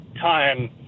time